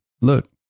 Look